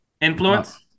Influence